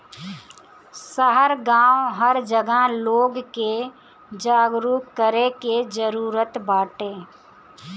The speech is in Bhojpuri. शहर गांव हर जगह लोग के जागरूक करे के जरुरत बाटे